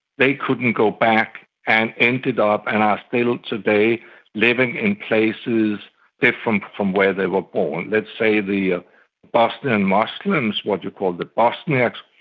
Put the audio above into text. they couldn't go back, and ended up and are still today living in places different from from where they were born. let's say the ah bosnian muslims, what you call the bosniaks,